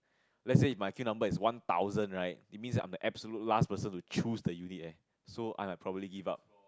let's say my queue number is one thousand right it means that I'm the absolute last person to choose the unit eh so I might probably give up